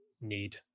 need